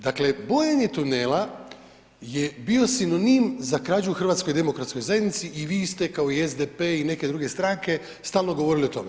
Dakle bojenje tunela je bio sinonim za krađu HDZ-u i vi ste kao i SDP i neke druge stranke stalno govorili o tome.